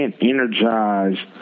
energize